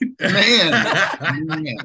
man